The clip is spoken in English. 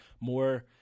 more –